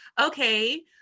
Okay